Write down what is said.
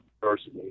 diversity